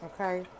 okay